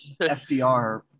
FDR